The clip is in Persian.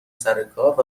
سرکار